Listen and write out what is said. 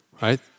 right